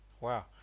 Wow